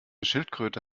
schildkröte